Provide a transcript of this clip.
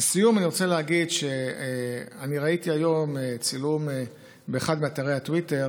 לסיום אני רוצה להגיד שאני ראיתי היום צילום באחד מאתרי הטוויטר